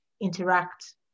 interact